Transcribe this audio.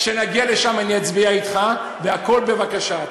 כשנגיע לשם, אני אצביע אתך בכול, בבקשה.